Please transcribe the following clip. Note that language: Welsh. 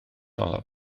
olaf